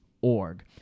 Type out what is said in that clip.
org